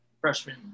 freshman –